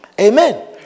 Amen